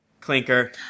Clinker